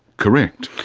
correct.